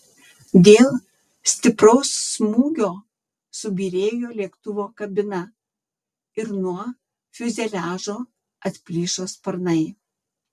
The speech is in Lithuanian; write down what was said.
dėl stipraus smūgio subyrėjo lėktuvo kabina ir nuo fiuzeliažo atplyšo sparnai